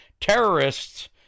terrorists